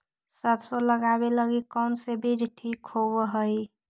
सरसों लगावे लगी कौन से बीज ठीक होव हई?